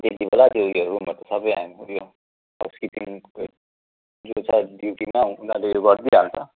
त्यतिबेला त्यो उयोहरू रुमहरू त सबै हामी उयो हाउस किपिङ जो छ ड्युटीमा उनीहरूले गरिदिइहाल्छ